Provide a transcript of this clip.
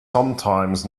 sometimes